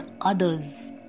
others